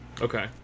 okay